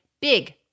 big